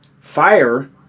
Fire